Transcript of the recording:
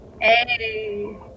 Hey